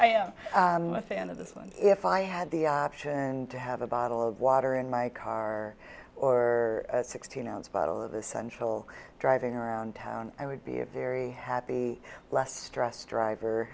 am a fan of this one if i had the option to have a bottle of water in my car or a sixteen ounce bottle of the central driving around town i would be a very happy less stressed driver